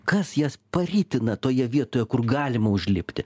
kas jas paritina toje vietoje kur galima užlipti